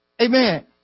Amen